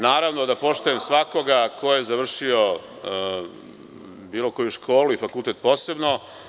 Naravno da poštujem svakoga ko je završio bilo koju školu i fakultet posebno.